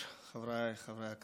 חבריי חברי הכנסת,